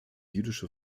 jüdische